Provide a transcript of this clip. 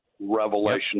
Revelation